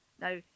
Now